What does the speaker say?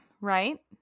right